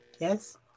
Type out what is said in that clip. Yes